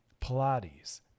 Pilates